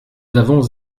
avons